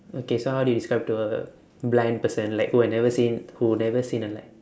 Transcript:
okay so how do you describe to a blind person like who have never seen who never seen a lion